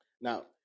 Now